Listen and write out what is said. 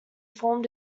formed